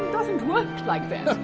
doesn't work like that.